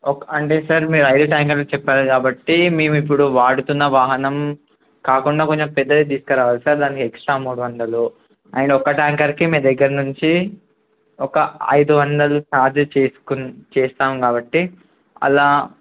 ఒక అంటే సార్ మీరు ఐదు ట్యాంకర్లు చెప్పాలి కాబట్టి మేము ఇప్పుడు వాడుతున్న వాహనం కాకుండా కొంచెం పెద్దది తీసుకురావాలి సార్ దానికి ఎక్స్ట్రా మూడు వందలు అండ్ ఒక ట్యాంకర్కి మీ దగ్గర నుంచి ఒక ఐదు వందలు ఛార్జ్ చేసుకున్ చేస్తాం కాబట్టి అలా